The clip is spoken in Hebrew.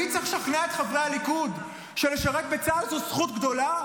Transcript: אני צריך לשכנע את חברי הליכוד שלשרת בצה"ל זה זכות גדולה?